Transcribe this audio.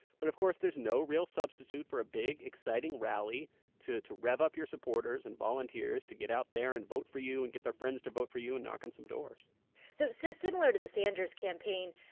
but, of course, there's no real substitute for a big exciting rally to to rev up your supporters and volunteers to get out there and vote for you and get their friends to vote for you and knock on some doors so so similar to the sanders campaign,